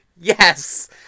Yes